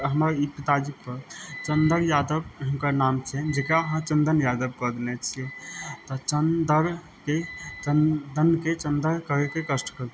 हमर ई पिताजी पर चन्द्र यादव हुनकर नाम छै जेकरा अहाँ चन्दन यादव कऽ देने छियै तऽ चन्द्र चन्दनके चन्द्र करयके कष्ट करू